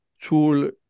tool